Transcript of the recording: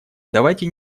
давайте